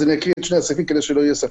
אז אני אקרא את שני הסעיפים כדי שלא יהיה ספק.